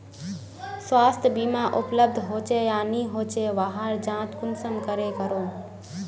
स्वास्थ्य बीमा उपलब्ध होचे या नी होचे वहार जाँच कुंसम करे करूम?